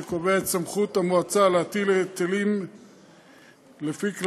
שקובע את סמכות המועצה להטיל היטלים לפי כללים,